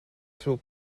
through